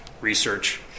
research